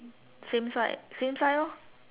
same side same side lor